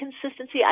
consistency